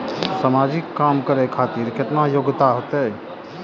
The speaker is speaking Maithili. समाजिक काम करें खातिर केतना योग्यता होते?